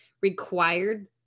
required